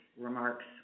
remarks